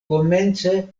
komence